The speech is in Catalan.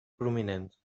prominents